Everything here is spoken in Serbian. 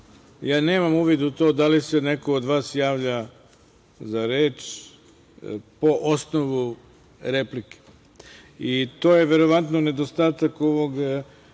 ja nemam uvid u to da li se neko od vas javlja za reč po osnovu replike. To je verovatno nedostatak ovog